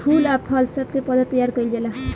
फूल आ फल सब के पौधा तैयार कइल जाला